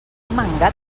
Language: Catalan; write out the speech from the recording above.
mangat